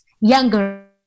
younger